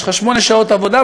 יש לך שמונה שעות עבודה,